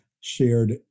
shared